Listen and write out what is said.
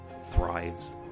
thrives